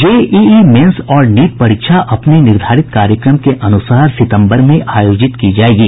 JEE mains और NEET परीक्षा अपने निर्धारित कार्यक्रम के अनुसार सितंबर में आयोजित की जाएंगी